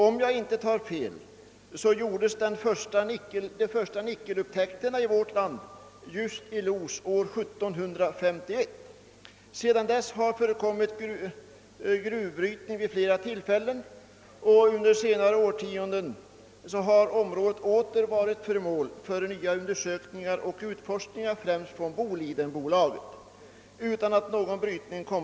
Om jag inte tar fel gjordes de första nickelupptäckterna i vårt land just i Los år 1751. Sedan dess har där förekommit gruvbrytning vid flera tillfällen, och under senare årtionden har området varit föremål för nya undersökningar och utforskningar, främst från Bolidenbolaget.